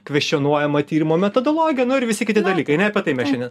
kveštionuojama tyrimo metodologija no ir visi kiti dalykai ne apie tai mes šiandien